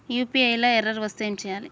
UPI లా error వస్తే ఏం చేయాలి?